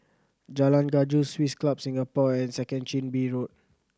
Jalan Gajus Swiss Club Singapore and Second Chin Bee Road